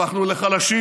הפכנו לחלשים.